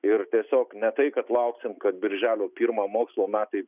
ir tiesiog ne tai kad lauksim kad birželio pirmą mokslo metai